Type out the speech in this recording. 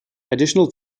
additional